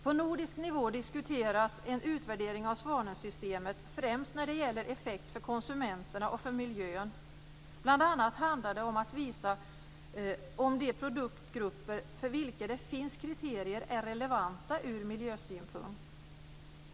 På nordisk nivå diskuteras en utvärdering av svanensystemet främst när det gäller effekter för konsumenterna och för miljön. Bl.a. handlar det om att visa om de produktgrupper för vilka det finns kriterier är relevanta ur miljösynpunkt.